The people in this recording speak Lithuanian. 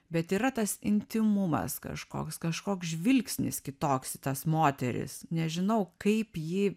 bet yra tas intymumas kažkoks kažkoks žvilgsnis kitoks į tas moteris nežinau kaip jį